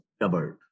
doubled